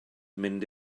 mynd